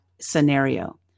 scenario